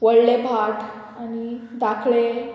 व्हडले भाट आनी धाकडे